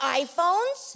iPhones